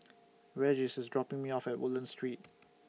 Regis IS dropping Me off At Woodlands Street